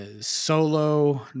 solo